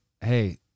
hey